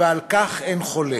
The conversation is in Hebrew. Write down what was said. ועל כך אין חולק.